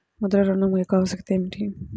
ముద్ర ఋణం యొక్క ఆవశ్యకత ఏమిటీ?